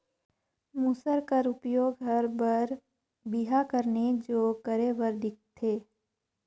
मूसर कर उपियोग हर बर बिहा कर नेग जोग करे बर दिखथे